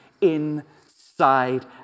inside